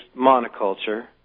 monoculture